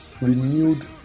renewed